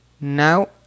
now